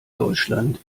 deutschland